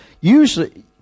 usually